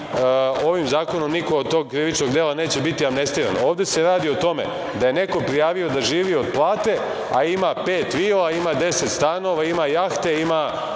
ovim zakonom niko od tog krivičnog dela neće biti amnestiran, ovde se radi o tome da je neko prijavio da živi od plate, a ima pet vila, 10, stanova, ima jahte, ima